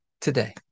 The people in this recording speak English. today